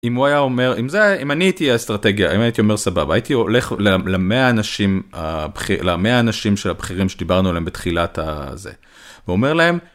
אם הוא היה אומר, אם זה, אם אני הייתי האסטרטגיה, אם הייתי אומר סבבה, הייתי הולך למאה האנשים של הבכירים שדיברנו עליהם בתחילת הזה ואומר להם,